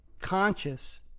conscious